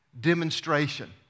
demonstration